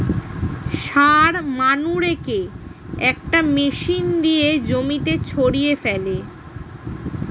সার মানুরেকে একটা মেশিন দিয়ে জমিতে ছড়িয়ে ফেলে